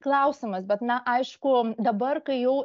klausimas bet na aišku dabar kai jau